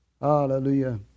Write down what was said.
Hallelujah